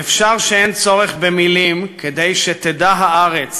"אפשר שאין צורך במילים כדי שתדע הארץ